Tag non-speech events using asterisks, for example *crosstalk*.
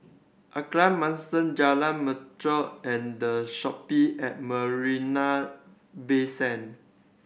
Alkaff Mansion Jalan *unintelligible* and The Shoppe at Marina Bay Sand